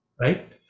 right